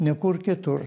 ne kur kitur